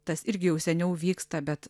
tas irgi jau seniau vyksta bet